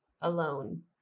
alone